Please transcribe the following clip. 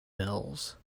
mills